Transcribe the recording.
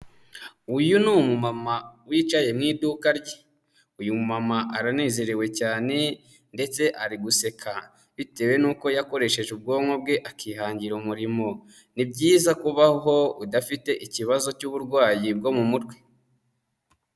Uyu ni umumama wicaye mu iduka rye, uyu mumama aranezerewe cyane ndetse ari guseka bitewe nuko yakoresheje ubwonko bwe akihangira umurimo, ni byiza kubaho udafite ikibazo cy'uburwayi bwo mu mutwe.